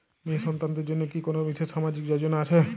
মেয়ে সন্তানদের জন্য কি কোন বিশেষ সামাজিক যোজনা আছে?